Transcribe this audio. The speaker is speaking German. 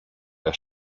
der